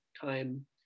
time